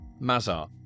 Mazar